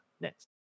next